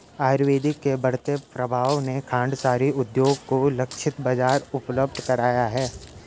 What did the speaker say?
आयुर्वेद के बढ़ते प्रभाव ने खांडसारी उद्योग को लक्षित बाजार उपलब्ध कराया है